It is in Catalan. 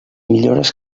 millores